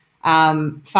Five